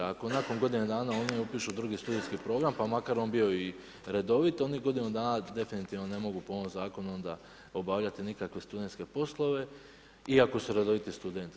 Ako nakon godine dana oni upišu drugi studijski program pa makar on bio i redovit, oni godinu dana definitivno ne mogu po ovom zakonu obavljati nikakve studentske poslove iako su redoviti studenti.